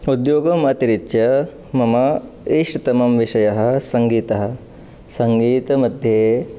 उद्योगमतिरिच्य मम इष्टतमः विषयः सङ्गीतं सङ्गीतमध्ये